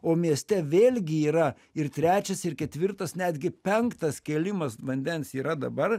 o mieste vėlgi yra ir trečias ir ketvirtas netgi penktas kėlimas vandens yra dabar